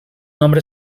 nombre